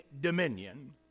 dominion